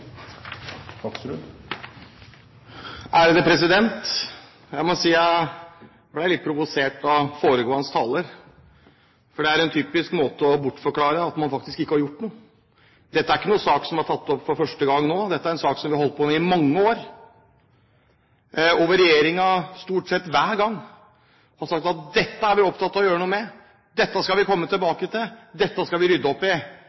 for dette er en typisk måte å bortforklare på at man faktisk ikke har gjort noe. Dette er ikke en sak som ble tatt opp for første gang nå – dette er en sak vi har holdt på med i mange år. Stort sett hver gang har regjeringen sagt at dette er vi opptatt av å gjøre noe med, dette skal vi komme tilbake til, dette skal vi rydde opp i.